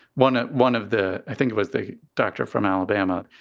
one at one of the i think it was the doctor from alabama.